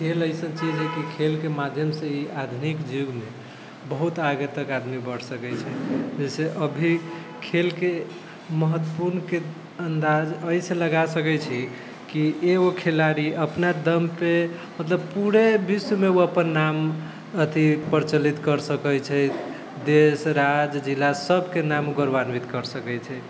खेल एसन चीज है की खेलके माध्यमसँ ही आदमी के जे बहुत आगे तक आदमी बढ़ि सकै छै जैसे अभी खेलके महत्वपूर्ण अन्दाज एहिसँ लगा सकै छी की एगो खेलाड़ी अपना दमपर मतलब पूरे विश्वमे उ अपन नाम अथी प्रचलित कर सकै छै देश राज्य जिला सबके नाम गौरवान्वित कर सकै छै